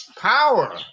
power